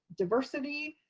diversity,